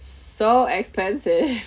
so expensive